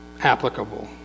applicable